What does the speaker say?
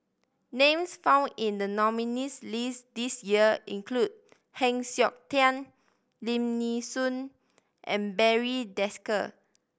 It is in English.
names found in the nominees' list this year include Heng Siok Tian Lim Nee Soon and Barry Desker